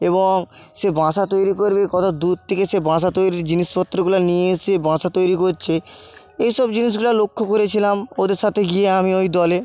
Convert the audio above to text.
এবং সে বাসা তৈরি করবে কত দূর থেকে সে বাসা তৈরির জিনিসপত্রগুলো নিয়ে এসে বাসা তৈরি করছে এই সব জিনিসগুলো লক্ষ করেছিলাম ওদের সাথে গিয়ে আমি ওই দলে